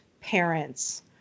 parents